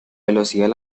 velocidad